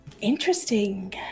Interesting